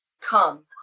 come